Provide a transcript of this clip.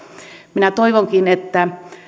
minä toivonkin että